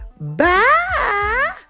Bye